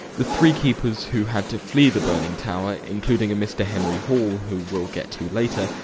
the three keepers who had to flee the burning tower, including a mr. henry hall who we'll get to later,